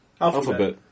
Alphabet